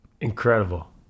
Incredible